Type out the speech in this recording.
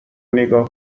نیگا